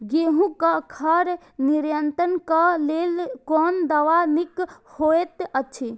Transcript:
गेहूँ क खर नियंत्रण क लेल कोन दवा निक होयत अछि?